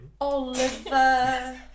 Oliver